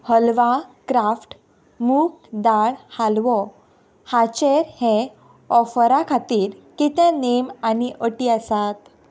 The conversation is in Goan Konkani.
हलवा क्राफ्ट मूंग दाळ हलवो हाचेर हे ऑफरा खातीर कितें नेम आनी अटी आसात